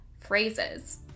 phrases